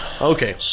Okay